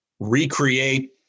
recreate